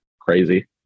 crazy